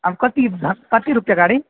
अं कति धनं कति रूप्यकाणि